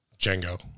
Django